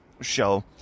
show